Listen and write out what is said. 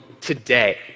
today